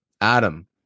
Adam